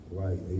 right